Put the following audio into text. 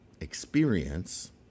experience